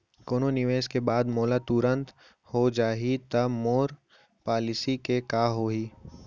कोनो निवेश के बाद मोला तुरंत हो जाही ता मोर पॉलिसी के का होही?